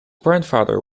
grandfather